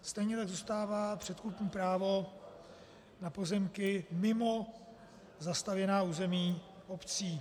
Stejně tak zůstává předkupní právo na pozemky mimo zastavěná území obcí.